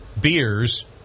beers